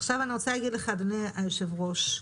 עכשיו אני רוצה להגיד לך, אדוני יושב הראש,